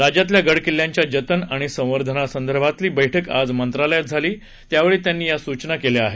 राज्यातल्या गड किल्ल्यांच्या जतन आणि संवर्धनासंदर्भातली बळ्क आज मंत्रालयात झाली त्यावेळी त्यांनी या सूचना केल्या आहेत